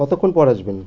কতক্ষণ পর আসবেন